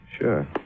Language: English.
Sure